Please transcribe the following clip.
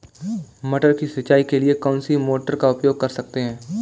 मटर की सिंचाई के लिए कौन सी मोटर का उपयोग कर सकते हैं?